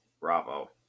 bravo